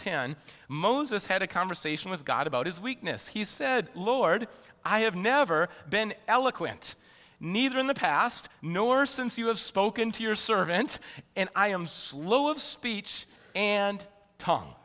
ten moses had a conversation with god about his weakness he said lord i have never been eloquent neither in the past nor since you have spoken to your servant and i am slow of speech and ton